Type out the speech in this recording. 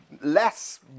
less